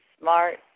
smart